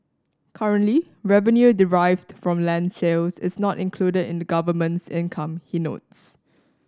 currently revenue derived from land sales is not included in the government's income he notes